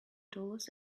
dollars